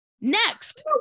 Next